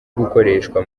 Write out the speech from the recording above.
gukoreshwa